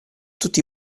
tutti